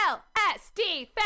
L-S-D